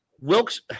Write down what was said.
Wilkes